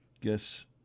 Guess